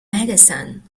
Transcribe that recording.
madison